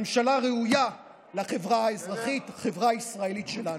ממשלה ראויה לחברה האזרחית, לחברה הישראלית שלנו.